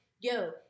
yo